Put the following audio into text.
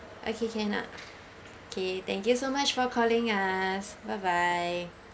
okay can ah okay thank you so much for calling us bye bye